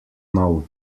nov